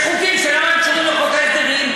יש חוקים שאינם קשורים לחוק ההסדרים.